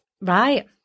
Right